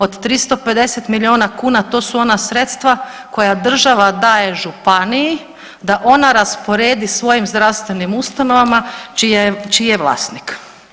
Od 350 milijuna kuna to su ona sredstva koja država daje županiji da ona rasporedi svojim zdravstvenim ustanovama čiji je vlasnik.